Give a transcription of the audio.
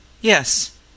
Yes